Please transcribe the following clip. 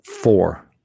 four